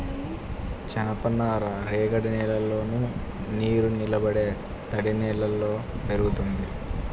జనపనార రేగడి నేలల్లోను, నీరునిలబడే తడినేలల్లో పెరుగుతుంది